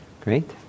Great